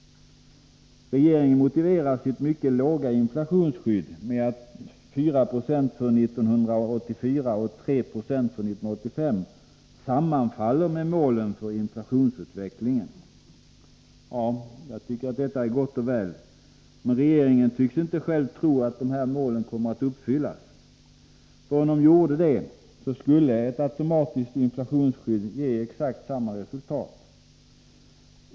Regeringen motiverar sitt mycket låga inflationsskydd med att 4 96 för 1984 och 3 90 för 1985 sammanfaller med målen för inflationsutvecklingen. Jag tycker att detta är gott och väl. Men regeringen tycks inte själv tro att de här målen kommer att uppfyllas. Om regeringen trodde det skulle ett automatiskt inflationsskydd ge exakt samma resultat.